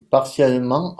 partiellement